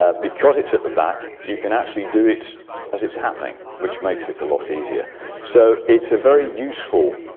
ah because it's at the back you can actually do it as it's happening which makes it a lot easier so it's a very useful